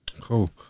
Cool